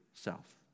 self